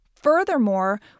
Furthermore